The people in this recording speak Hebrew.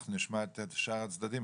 אנחנו נשמע את שאר הצדדים,